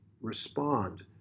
respond